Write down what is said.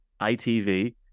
ITV